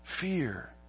Fear